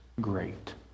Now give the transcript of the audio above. great